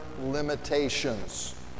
limitations